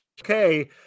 okay